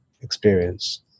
experience